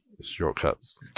shortcuts